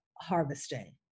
harvesting